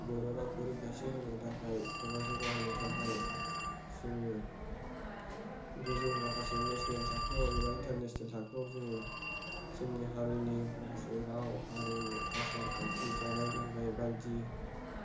बर' रावखौ रैखाथि होनो थाखाय एबा जौगा होनो थाखाय जोङो गोजौ माखासे नेशनेल थाखोआव एबा इन्टारनेशनेल थाखोआव जोङो जोंनि हारिनि माखासे राव हारिमु आसार खान्थि जानाय लोंनायनि बायदि